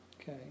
Okay